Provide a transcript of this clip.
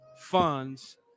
funds